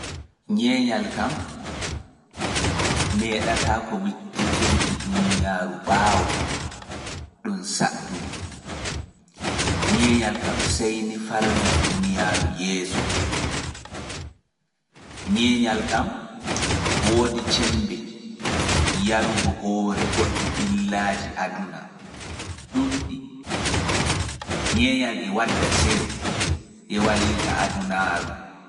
Nyeenyal meɗataako wittitirki duniyaaru ɓaawo. Nyeenyal kam sai ni farna duniyaru yeso, yara hore goɗɗi ɓillaaji mauɗi.